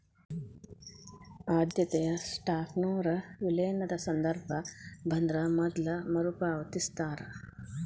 ಆದ್ಯತೆಯ ಸ್ಟಾಕ್ನೊರ ವಿಲೇನದ ಸಂದರ್ಭ ಬಂದ್ರ ಮೊದ್ಲ ಮರುಪಾವತಿಸ್ತಾರ